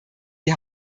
die